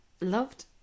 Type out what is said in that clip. loved